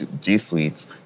G-Suites